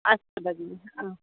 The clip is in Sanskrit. अस्तु भगिनि हा